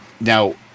Now